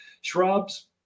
shrubs